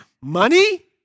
Money